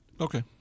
Okay